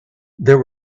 there